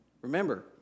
Remember